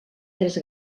tres